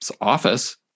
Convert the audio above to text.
office